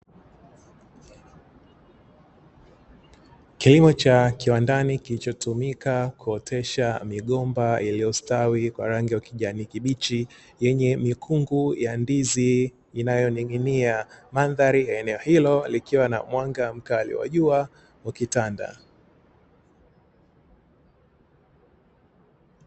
Kilimo cha kiwandani kilichotumika kuotesha migomba iliyostawi kwa rangi ya kijani kibichi, yenye mikungu ya ndizi inayoning'inia. Mandhari ya eneo hilo likiwa na mwanga mkali wa jua ukitanda.